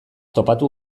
topatu